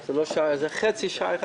זה חצי שייך.